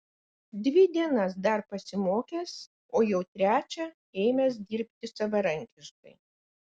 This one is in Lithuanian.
dvi dienas dar pasimokęs o jau trečią ėmęs dirbti savarankiškai